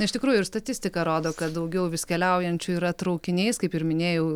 iš tikrųjų ir statistika rodo kad daugiau vis keliaujančiųjų yra traukiniais kaip ir minėjau